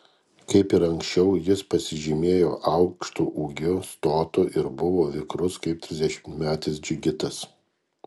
kaip ir anksčiau jis pasižymėjo aukštu ūgiu stotu ir buvo vikrus kaip trisdešimtmetis džigitas